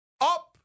up